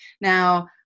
now